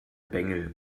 bengel